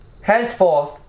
Henceforth